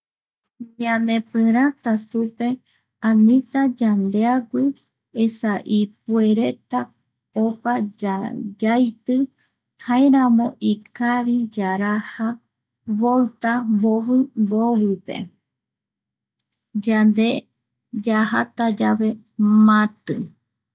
Ñanepiratata supe anita yandeaki esa ipuereta opa ya, yaiti jaeramo ikavi yaraja voita mbovi mbovipe yande yajata yave mati.